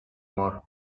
mort